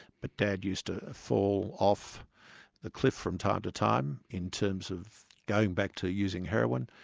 but dad used to fall off the cliff from time to time, in terms of going back to using heroin.